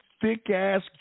thick-ass